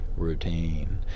routine